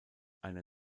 eine